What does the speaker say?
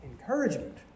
encouragement